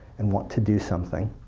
and want to do something.